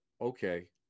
okay